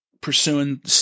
pursuing